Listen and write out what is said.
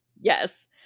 yes